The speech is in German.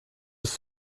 bis